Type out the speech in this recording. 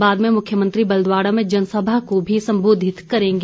बाद में मुख्यमंत्री बलद्वाड़ा में जनसभा को भी सम्बोधित करेंगे